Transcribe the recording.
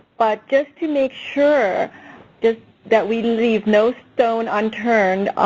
but just to make sure just that we leave no stone unturned,